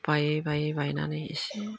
बायै बायै बायनानै इसे